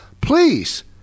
please